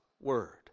word